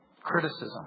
criticism